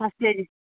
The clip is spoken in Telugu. first ladies